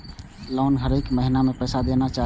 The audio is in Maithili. लोन हरेक महीना में पैसा देना चाहि?